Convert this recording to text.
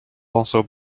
also